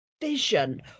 vision